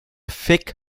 fig